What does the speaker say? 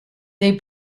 they